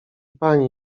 pani